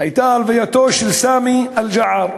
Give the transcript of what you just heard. הייתה הלווייתו של סאמי אל-ג'עאר.